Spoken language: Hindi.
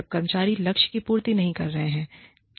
जब कर्मचारी लक्ष्य की पूर्ति नहीं कर रहे हैं